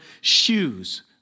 shoes